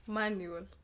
manual